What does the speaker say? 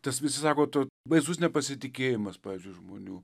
tas visi sako tu baisus nepasitikėjimas pavyzdžiui žmonių